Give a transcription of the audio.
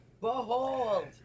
Behold